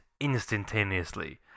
instantaneously